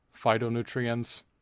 phytonutrients